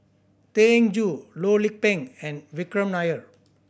Tan Eng Joo Loh Lik Peng and Vikram Nair